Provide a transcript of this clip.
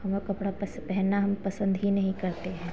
ना कपड़ा पसंद है ना हम पसंद ही नहीं करते हैं